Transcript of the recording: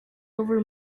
over